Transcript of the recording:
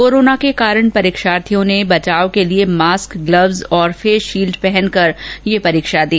corona के कारण परीक्षार्थियों ने कोरोना से बचाव के लिए मास्क ग्लव्स और फेस शील्ड पहनकर परीक्षा दी